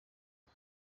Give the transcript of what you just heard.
aha